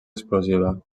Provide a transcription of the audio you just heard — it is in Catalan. explosiva